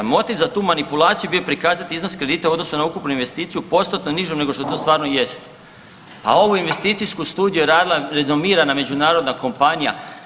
Motiv za tu manipulaciju bio je prikazati iznos kredita u odnosu na ukupnu investiciju postotno nižu nego što to stvarno i jest, a ovu investiciju studiju je radila renomirana međunarodna kompanija.